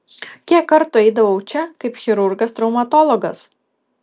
kiek kartų eidavau čia kaip chirurgas traumatologas